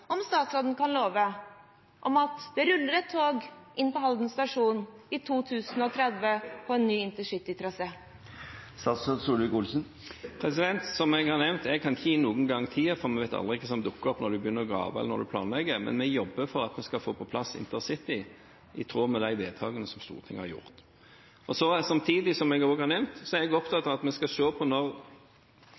love at det ruller et tog inn på Halden stasjon i 2030 på en ny intercitytrasé? Som jeg har nevnt, kan jeg ikke gi noen garantier, for vi vet aldri hva som dukker opp når man begynner å grave, eller når man planlegger, men vi jobber for at vi skal få på plass intercity i tråd med de vedtakene som Stortinget har fattet. Samtidig, som jeg også har nevnt, er jeg opptatt av – når det for meg kan framstå som at vi